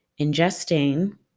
ingesting